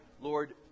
Lord